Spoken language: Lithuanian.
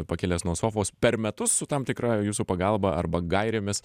pakilęs nuo sofos per metus su tam tikra jūsų pagalba arba gairėmis